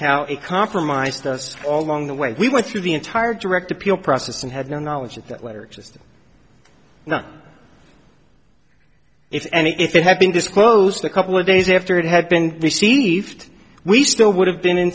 how it compromised us all along the way we went through the entire direct appeal process and had no knowledge of that letter just not if any if it had been disclosed a couple of days after it had been received we still would have been in